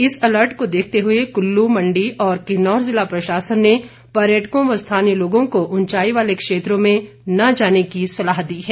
इस अलर्ट को देखते हुए कुल्लू मण्डी और किन्नौर जिला प्रशासन ने पर्यटकों व स्थानीय लोगों को उंचाई वाले क्षेत्रों में न जाने की सलाह दी है